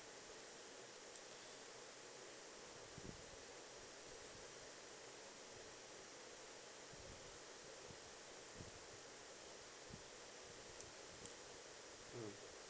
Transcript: um